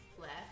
left